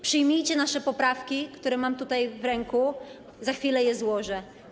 Przyjmijcie nasze poprawki, które mam tutaj w ręku, za chwilę je złożę.